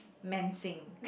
men sing